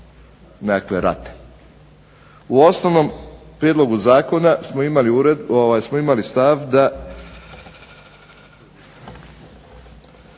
nekakve rate. U osnovnom prijedlogu Zakona smo imali stav da